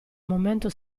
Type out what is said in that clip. momento